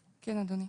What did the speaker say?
כן, אדוני.